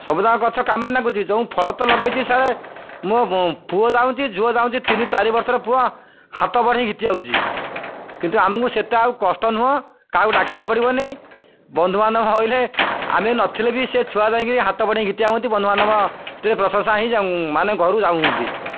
ସବୁଯାକ ଗଛ କାମ ଲାଗୁଛି ଯେଉଁ ଫଳ ତ ଲଗାଇଛି ସାର୍ ମୋ ପୁଅ ଯାଉଛି ଝିଅ ଯାଉଛି ତିନି ଚାରି ବର୍ଷର ପୁଅ ହାତ ବଢ଼ାଇ ଝିଙ୍କି ଯାଉଛି କିନ୍ତୁ ଆମକୁ ସେତେ ଆଉ କଷ୍ଟ ନୁହଁ କାହାକୁ ଡାକିବାକୁ ପଡ଼ିବନି ବନ୍ଧୁମାନ୍ଧବ ହୋଇଲେ ଆମେ ନଥିଲେ ବି ସେ ଛୁଆ ଯାଇକରି ହାତ ବଢ଼ାଇ ଘଷଟିଆ ହୁଅନ୍ତି ବନ୍ଧୁମାନନଙ୍କୁ ସେଥିରେ ପ୍ରଶଂସା ହୋଇ ମାନେ ଘରୁ ଯାଉଛନ୍ତି